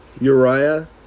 Uriah